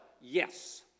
yes